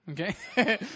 Okay